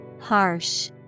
Harsh